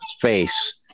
face